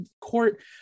court